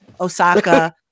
Osaka